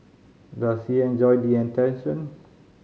does he enjoy the attention